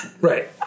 right